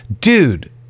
Dude